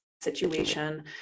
situation